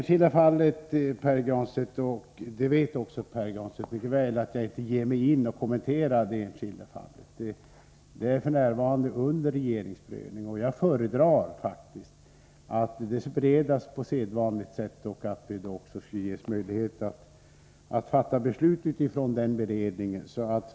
Fru talman! Pär Granstedt vet mycket väl att jag inte kommenterar det enskilda fallet. Det är f. n. under regeringens prövning, och jag föredrar att det får beredas på sedvanligt sätt och att vi kan fatta beslut utifrån den beredningen.